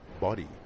body